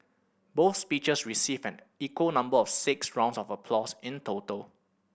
both speeches received an equal number of six rounds of applause in total